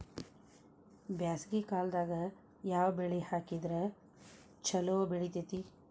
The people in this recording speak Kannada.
ಬ್ಯಾಸಗಿ ಕಾಲದಾಗ ಯಾವ ಬೆಳಿ ಹಾಕಿದ್ರ ಛಲೋ ಬೆಳಿತೇತಿ?